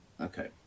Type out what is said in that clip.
okay